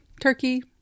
turkey